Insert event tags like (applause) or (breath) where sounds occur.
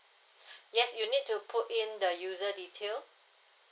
(breath) yes you need to put in the user detail